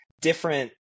different